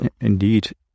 indeed